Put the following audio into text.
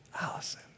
Allison